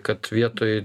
kad vietoj